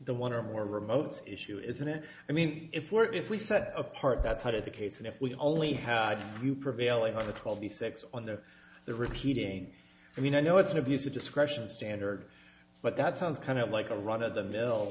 the one or more remotes issue isn't it i mean if work if we set apart that side of the case and if we only had prevailing on the twelve the six on there the repeating i mean i know it's an abuse of discretion standard but that sounds kind of like a run of the mill